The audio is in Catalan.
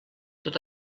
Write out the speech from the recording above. tot